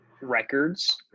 records